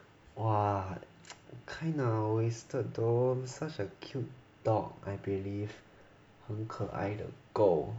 !wah! kind of wasted though such a cute dog I believe 很可爱的狗